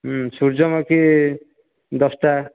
ସୂର୍ଯ୍ୟମୁଖୀ ଦଶଟା